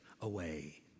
away